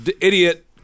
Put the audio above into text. Idiot